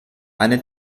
eine